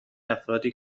افرادی